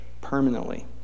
permanently